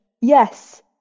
Yes